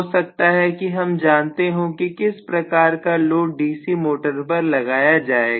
हो सकता है हम जानते हो कि किस प्रकार का लोड डीसी मोटर पर लगाया जाएगा